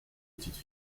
petites